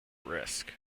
risk